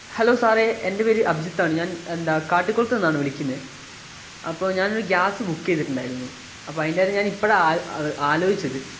hello സാറേ എൻ്റെ പേര് അഭിജിത്താണ് ഞാൻ എന്താ കാട്ടിക്കുളത്ത്ന്നാണ് വിളിക്കുന്നത് അപ്പോൾ ഞാൻ ഒരു ഗ്യാസ് ബുക്ക് ചെയ്തിട്ടുണ്ടായിരുന്നു അപ്പോൾ അതിൻ്റെ കാര്യം ഞാൻ ഇപ്പോഴാണ് ആലോച്ചിച്ചത്